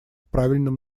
правильном